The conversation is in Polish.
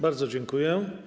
Bardzo dziękuję.